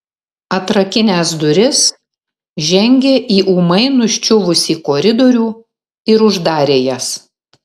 atrakinęs duris žengė į ūmai nuščiuvusį koridorių ir uždarė jas